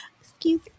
Excuse